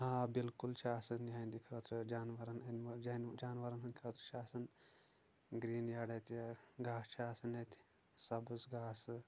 آ بالکُل چھُ آسان یہنٛدِ خٲطرٕ جانورن ہنٛد مو جان جانورن ہنٛد خٲطرٕ چھ آسان گریٖن یاڑ اتہِ گاسہٕ چھُ آسان اتہِ سبٕز گاسہٕ